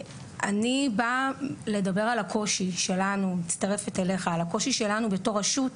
אני רוצה לדבר על הקושי שלנו בתור רשות.